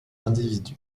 individus